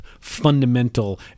fundamental